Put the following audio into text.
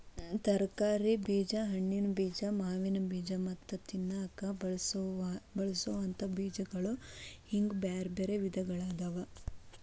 ತರಕಾರಿ ಬೇಜ, ಹಣ್ಣಿನ ಬೇಜ, ಹೂವಿನ ಬೇಜ ಮತ್ತ ತಿನ್ನಾಕ ಬಳಸೋವಂತ ಬೇಜಗಳು ಹಿಂಗ್ ಬ್ಯಾರ್ಬ್ಯಾರೇ ವಿಧಗಳಾದವ